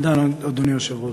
אדוני היושב-ראש,